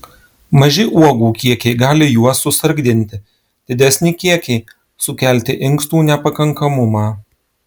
maži uogų kiekiai gali juos susargdinti didesni kiekiai sukelti inkstų nepakankamumą